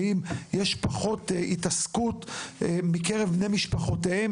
האם יש פחות התעסקות מקרב בני משפחותיהם